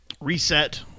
reset